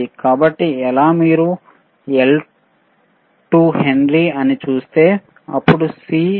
కాబట్టి ఎలా మీరు L 2 హెన్రీ అని చూస్తేఅప్పుడు C 0